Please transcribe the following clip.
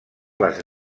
les